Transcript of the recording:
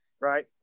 right